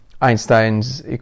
einstein's